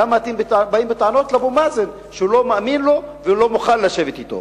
למה אתם באים בטענות לאבו מאזן שהוא לא מאמין לו והוא לא מוכן לשבת אתו?